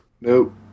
Nope